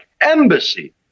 Embassy